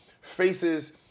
faces